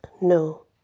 No